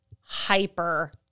hyper